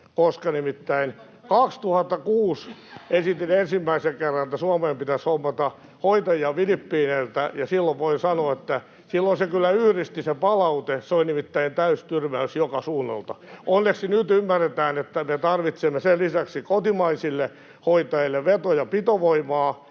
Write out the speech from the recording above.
Nimittäin vuonna 2006 esitin ensimmäisen kerran, että Suomeen pitäisi hommata hoitajia Filippiineiltä, ja voin sanoa, että silloin kyllä yhdisti se palaute. Se oli nimittäin täystyrmäys joka suunnalta. Onneksi nyt ymmärretään, että me tarvitsemme sen lisäksi kotimaisille hoitajille veto- ja pitovoimaa